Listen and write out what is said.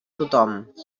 tothom